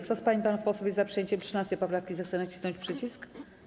Kto z pań i panów posłów jest za przyjęciem 13. poprawki, zechce nacisnąć przycisk.